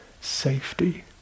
safety